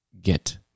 get